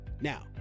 Now